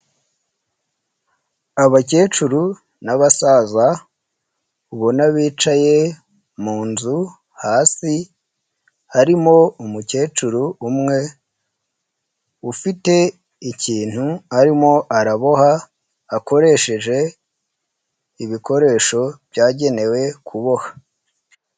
Abakecuru n'abasaza ubona bicaye mu nzu hasi, harimo umukecuru umwe ufite ikintu arimo araboha akoresheje ibikoresho byagenewe kuboha.